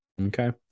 Okay